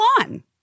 on